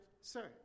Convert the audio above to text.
sir